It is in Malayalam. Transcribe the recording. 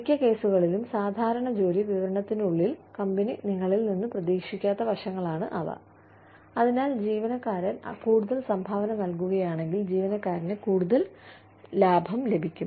മിക്ക കേസുകളിലും സാധാരണ ജോലി വിവരണത്തിനുള്ളിൽ കമ്പനി നിങ്ങളിൽ നിന്ന് പ്രതീക്ഷിക്കാത്ത വശങ്ങളാണ് അവ അതിനാൽ ജീവനക്കാരൻ കൂടുതൽ സംഭാവന നൽകുകയാണെങ്കിൽ ജീവനക്കാരന് കൂടുതൽ ലഭിക്കും